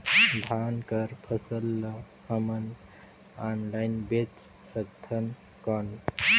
धान कर फसल ल हमन ऑनलाइन बेच सकथन कौन?